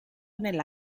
nella